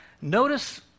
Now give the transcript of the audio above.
notice